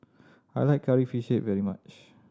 I like Curry Fish Head very much